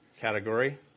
category